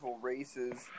races